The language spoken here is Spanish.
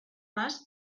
más